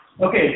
Okay